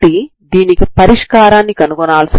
మీరు పరిష్కారం కోసం చూస్తున్నారు